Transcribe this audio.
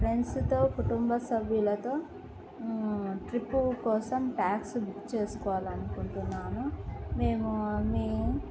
ఫ్రెండ్స్తో కుటుంబ సభ్యులతో ట్రిప్పు కోసం ట్యాక్సీ బుక్ చేసుకోవాలనుకుంటున్నాను మేము మీ